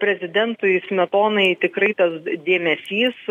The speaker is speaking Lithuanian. prie prezidentui smetonai tikrai tas dėmesys